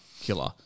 Killer